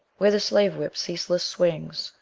where the slave-whip ceaseless swings,